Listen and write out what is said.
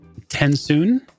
Tensoon